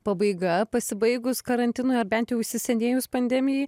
pabaiga pasibaigus karantinui ar bent jau įsisenėjus pandemijai